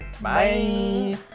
bye